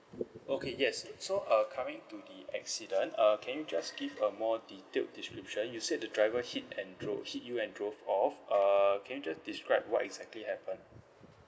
okay yes so uh coming to the accident uh can you just give a more detailed description you said the driver hit and drove hit you and drove off uh can you just describe what exactly happened